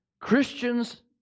Christians